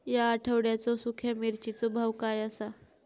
या आठवड्याचो सुख्या मिर्चीचो भाव काय आसा?